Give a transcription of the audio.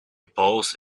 paused